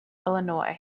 illinois